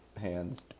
hands